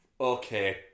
okay